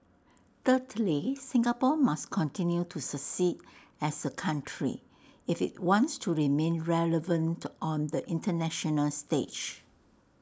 thirdly Singapore must continue to succeed as A country if IT wants to remain relevant on the International stage